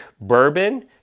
bourbon